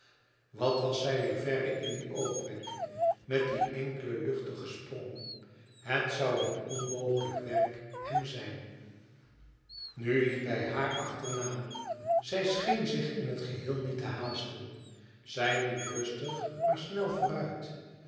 wat was zij weêr verre in dien oogwenk met dien ènkelen luchtigen sprong het zoû een onmogelijk werk hem zijn nu liep hij haar achterna zij scheen zich in het geheel niet te haasten zij liep rustig maar snel vooruit